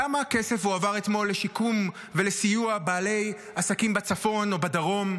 כמה כסף הועבר אתמול לשיקום ולסיוע לבעלי עסקים בצפון או בדרום?